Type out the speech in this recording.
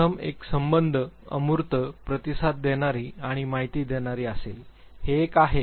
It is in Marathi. प्रथम एक संबद्ध अमूर्त प्रतिसाद देणारी आणि माहिती देणारी असेल हे एक आहे